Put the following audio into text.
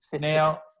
Now